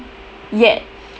yet